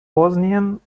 bosnien